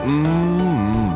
Mmm